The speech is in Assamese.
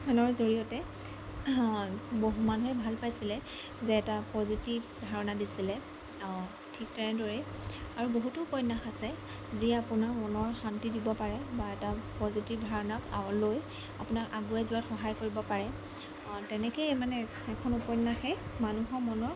সেইখনৰ জৰিয়তে বহু মানুহে ভাল পাইছিলে যে এটা পজিটিভ ধাৰণা দিছিলে অঁ ঠিক তেনেদৰেই আৰু বহুতো উপন্যাস আছে যি আপোনাৰ মনৰ শান্তি দিব পাৰে বা এটা পজিটিভ ধাৰণা লৈ আপোনাক আগুৱাই যোৱাত সহায় কৰিব পাৰে অঁ তেনেকৈয়ে মানে এখন উপন্যাসে মানুহৰ মনৰ